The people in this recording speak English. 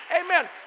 Amen